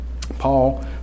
Paul